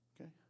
Okay